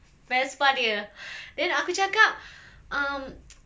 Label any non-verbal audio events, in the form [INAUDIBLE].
Vespa dia then aku cakap um [NOISE]